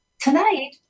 tonight